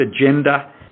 agenda